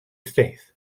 faith